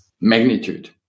Magnitude